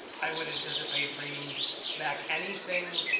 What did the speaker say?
i would anticipate bringing back anything,